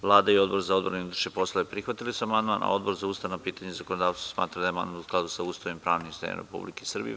Vlada i Odbor za odbranu i unutrašnje poslove prihvatili su amandman, a Odbor za ustavna pitanja i zakonodavstvo smatra da je amandman u skladu sa Ustavom i pravnim sistemom Republike Srbije.